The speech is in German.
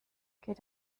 geht